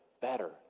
better